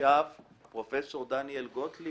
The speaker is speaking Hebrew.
ישב פרופ' דניאל גוטליב